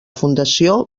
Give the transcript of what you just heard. fundació